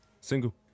Single